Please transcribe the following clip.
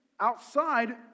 outside